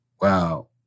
wow